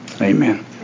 amen